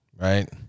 right